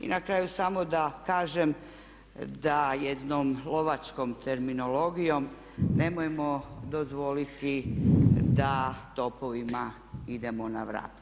I na kraju samo da kažem da jednom lovačkom terminologijom nemojmo dozvoliti da topovima idemo na vrapce.